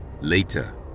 Later